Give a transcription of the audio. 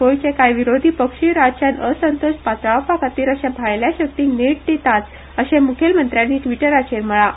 गोंयचे कांय विरोधी पक्ष्मुय राज्यांत असंतोश पातळावपाखातीर अशा भायल्या शक्तींक नेट दितात अशें मुखेलमंत्र्यांनी ट्विटराचेर म्हणलां